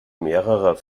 mehrerer